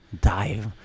Dive